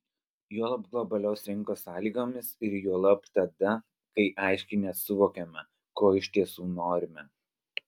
juolab globalios rinkos sąlygomis ir juolab tada kai aiškiai nesuvokiame ko iš tiesų norime